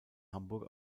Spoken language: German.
hamburg